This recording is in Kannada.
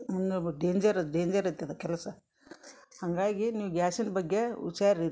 ಡೆಂಜರ್ ಅದು ಡೆಂಜರ್ ಐತೆದು ಕೆಲಸ ಹಾಗಾಗಿ ನೀವು ಗ್ಯಾಸಿನ ಬಗ್ಗೆ ಹುಷಾರ್ ಇರಿ